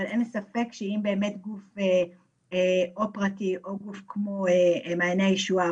אבל אין לי ספק שאם באמת גוף או פרטי או גוף כמו מעייני הישועה,